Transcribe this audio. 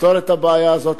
לפתור את הבעיה הזאת.